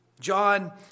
John